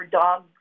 dog